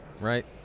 right